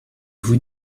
vous